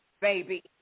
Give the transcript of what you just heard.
baby